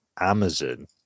Amazon